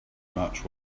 much